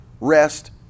rest